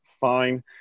fine